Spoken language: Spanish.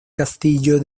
castillo